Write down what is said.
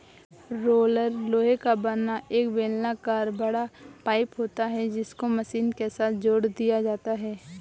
roller लोहे का बना एक बेलनाकर बड़ा पाइप होता है जिसको मशीन के साथ जोड़ दिया जाता है